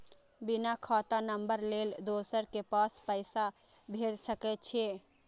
बिना खाता नंबर लेल दोसर के पास पैसा भेज सके छीए?